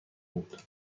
بود